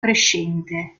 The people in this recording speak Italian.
crescente